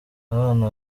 abana